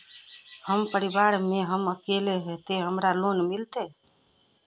हम परिवार में हम अकेले है ते हमरा लोन मिलते?